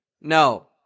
No